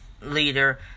leader